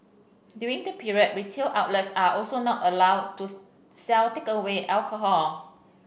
during the period retail outlets are also not allowed to sell takeaway alcohol